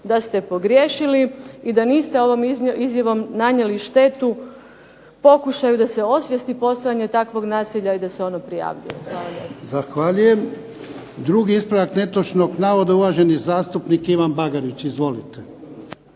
da ste pogriješili i da niste ovom izjavom nanijeli štetu pokušaju da se osvijesti postojanje takvog nasilja i da se ono prijavljuje. Hvala lijepa. **Jarnjak, Ivan (HDZ)** Zahvaljujem. Drugi ispravak netočnog navoda, uvaženi zastupnik Ivan Bagarić. Izvolite.